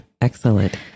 Excellent